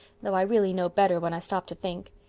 though i really know better when i stop to think.